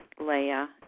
Leah